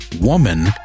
woman